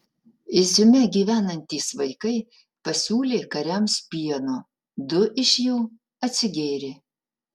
iziume gyvenantys vaikai pasiūlė kariams pieno du iš jų atsigėrė